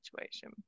situation